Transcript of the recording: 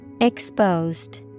Exposed